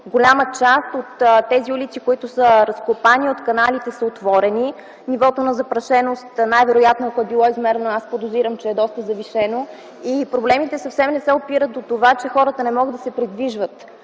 голяма част от тези улици, които са разкопани, каналите са отворени Нивото на запрашеност, най-вероятно, ако е било измерено, аз подозирам, че е доста завишено – проблемите съвсем не опират до това, че хората не могат да се придвижват.